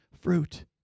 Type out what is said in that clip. fruit